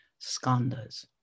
skandhas